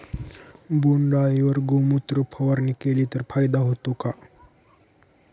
बोंडअळीवर गोमूत्र फवारणी केली तर फायदा होतो का?